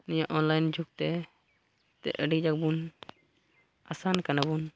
ᱱᱤᱭᱟᱹ ᱚᱱᱞᱟᱭᱤᱱ ᱡᱩᱜᱽᱛᱮ ᱟᱹᱰᱤ ᱜᱮᱵᱚᱱ ᱟᱥᱟᱱ ᱠᱟᱱᱟᱵᱚᱱ